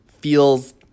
feels